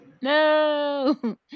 No